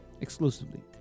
exclusively